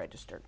registered